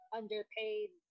underpaid